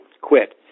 quit